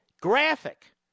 graphic